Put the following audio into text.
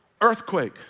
Earthquake